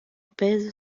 pèse